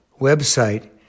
website